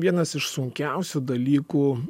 vienas iš sunkiausių dalykų